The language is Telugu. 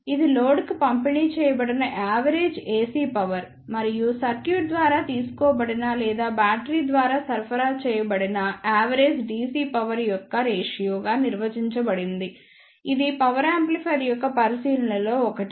ఇది లోడ్ కు పంపిణీ చేయబడిన యావరేజ్ AC పవర్ మరియు సర్క్యూట్ ద్వారా తీసుకోబడిన లేదా బ్యాటరీ ద్వారా సరఫరా చేయబడిన యావరేజ్ DC పవర్ యొక్క రేషియో గా నిర్వచించబడింది ఇది పవర్ యాంప్లిఫైయర్ యొక్క పరిశీలనలో ఒకటి